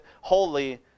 holy